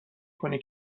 کنی